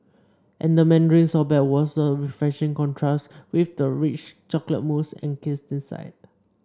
and the mandarin sorbet was a refreshing contrast with the rich chocolate mousse encased inside